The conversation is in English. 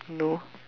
no